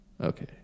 Okay